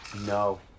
No